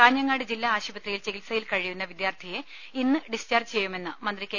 കാഞ്ഞ ങ്ങാട് ജില്ലാ ആശുപത്രിയിൽ ചികിത്സയിൽ കഴിയുന്ന വിദ്യാർത്ഥിയെ ഇന്ന് ഡിസ്ചാർജ്ജ് ചെയ്യുമെന്ന് മന്ത്രി കെ